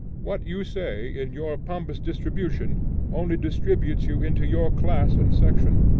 what you say in your pompous distribution only distributes you into your class and section.